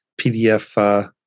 PDF